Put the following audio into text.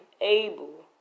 able